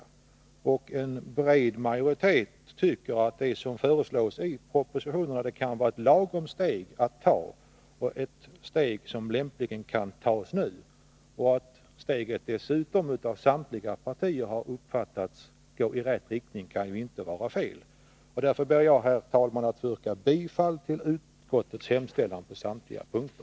En bred majoritet tycker att det som föreslås i propositionen kan vara ett lagom steg att ta nu. Ett steg som av samtliga partier har uppfattats så som ledande i rätt riktning kan inte vara felaktigt. Jag ber, herr talman, att få yrka bifall till utskottets hemställan på samtliga punkter.